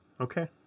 okay